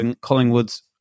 Collingwood's